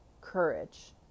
courage